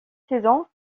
saisons